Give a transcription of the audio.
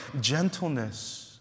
gentleness